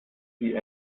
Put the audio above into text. sie